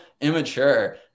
immature